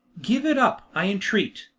give it up, i entreat.